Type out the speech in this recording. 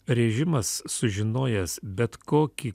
režimas sužinojęs bet kokį